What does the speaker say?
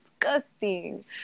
disgusting